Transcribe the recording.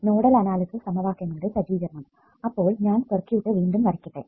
nodal analysis സമവാക്യങ്ങളുടെ സജ്ജീകരണം അപ്പോൾ ഞാൻ സർക്യൂട്ട് വീണ്ടും വരയ്ക്കട്ടെ